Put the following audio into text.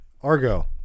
Argo